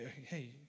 hey